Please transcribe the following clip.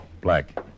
Black